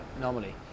normally